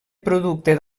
producte